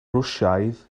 rwsiaidd